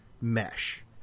mesh